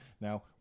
now